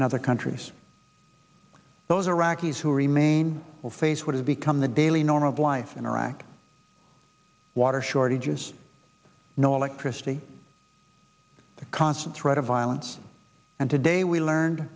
and other countries those iraqis who remain will face what has become the daily norm of life in iraq water shortages no electricity the constant threat of violence and today we learned